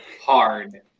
hard